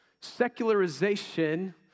secularization